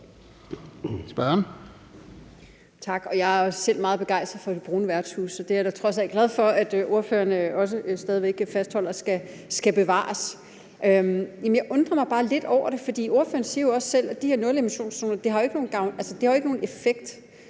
Thiesen (DF): Tak. Jeg er også selv meget begejstret for de brune værtshuse, og dem er jeg da glad for at ordføreren fastholder stadig skal bevares. Men jeg undrer mig bare lidt over det, for ordføreren siger jo også selv, at de her nulemissionszoner ikke gør nogen gavn, altså at de ikke har nogen effekt,